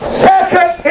second